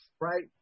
right